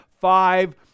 five